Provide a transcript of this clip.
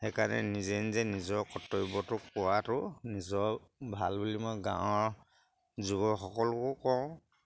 সেইকাৰণে নিজে নিজে নিজৰ কৰ্তব্যটো কৰাটো নিজৰ ভাল বুলি মই গাঁৱৰ যুৱসকলকো কওঁ